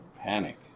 panic